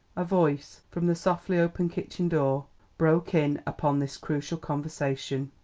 a voice from the softly opened kitchen door broke in upon, this crucial conversation.